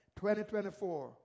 2024